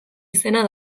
izena